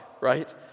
right